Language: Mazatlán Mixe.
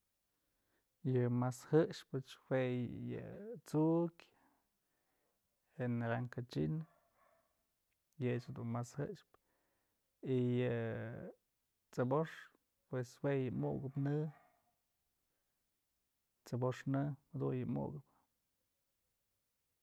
Je'e mas jëxpëch jue yë t'sukyë je'e naranja china yëch dun mas jëxpë y yë t'sëbox pues jue yë mukëp në t'sëbox në jadun yë mukëp.